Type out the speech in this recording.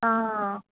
ആ